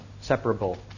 separable